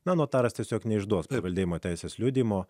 notaras tiesiog neišduos paveldėjimo teisės liudijimo